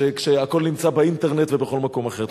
כשהכול נמצא באינטרנט ובכל מקום אחר.